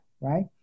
Right